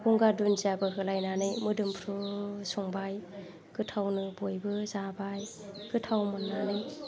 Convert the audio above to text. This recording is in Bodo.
गंगार दुन्दियाबो होलायनानै मोदोमफ्रु संबाय गोथावनो बयबो जाबाय गोथाव मोननानै